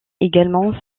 également